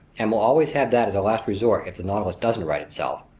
and we'll always have that as a last resort if the nautilus doesn't right itself,